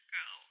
go